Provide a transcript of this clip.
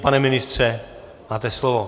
Pane ministře, máte slovo.